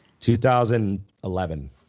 2011